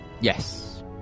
Yes